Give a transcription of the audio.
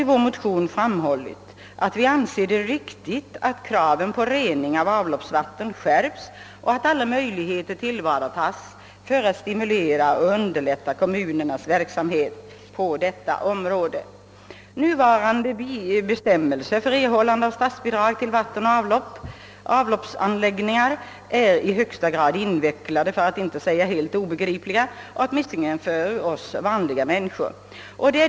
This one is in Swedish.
I vår motion har vi också framhållit att vi anser det riktigt att kraven på rening av avloppsvatten skärps och att alla möjligheter tillvaratages för att stimulera och underlätta kommunernas verksamhet på området. Nuvarande bestämmelser för erhållande av statsbidrag till vattenoch avloppsanläggningar är i högsta grad invecklade, för att inte säga helt obegripliga åtminstone för oss vanliga människor.